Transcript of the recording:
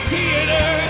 Theater